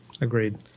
agreed